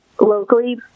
locally